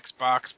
Xbox